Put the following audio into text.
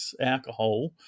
alcohol